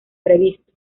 previsto